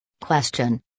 Question